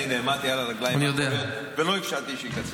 אני נעמדתי על הרגליים האחוריות ולא אפשרתי שיקצצו.